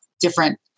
different